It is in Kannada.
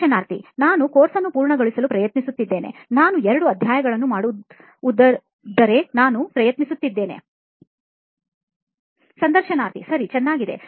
ಸಂದರ್ಶನಾರ್ಥಿ ನಾನು ಕೋರ್ಸ್ ಅನ್ನು ಪೂರ್ಣಗೊಳಿಸಲು ಪ್ರಯತ್ನಿಸುತ್ತೇನೆ ನಾನು ಎರಡು ಅಧ್ಯಾಯಗಳನ್ನು ಮಾಡುವುದ್ದಿದರೆ ನಾನು ಪ್ರಯತ್ನಿಸುತ್ತೇನೆ ಸಂದರ್ಶನಾರ್ಥಿಸರಿ ಚೆನ್ನಾಗಿದೆ